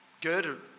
good